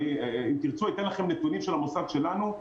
אם תרצו אתן לכם נתונים של המוסד שלנו.